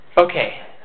Okay